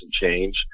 change